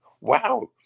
Wow